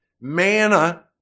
manna